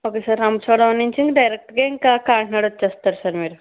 okay sir Rampachodavaram నుంచి డైరెక్ట్గా ఇంక కాకినాడ వచ్చేస్తారు సార్ మీరు